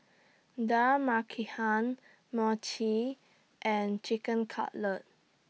Dal Makhani Mochi and Chicken Cutlet